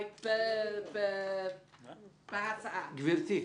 גבירתי,